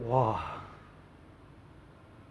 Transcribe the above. I don't know why I'm just like normal lah